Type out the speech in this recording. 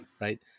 right